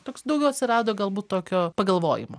toks daugiau atsirado galbūt tokio pagalvojimo